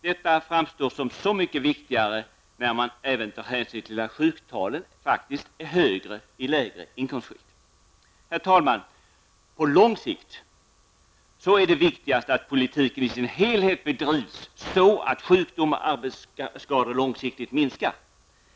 Detta framstår som så mycket viktigare här när man även tar hänsyn till att sjuktalen är högre i lägre inkomstskikt. Herr talman! På lång sikt är det viktigaste att politiken i sin helhet bedrivs så att sjukdom och arbetsskador långsiktigt minskar.